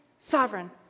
sovereign